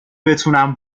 بتونم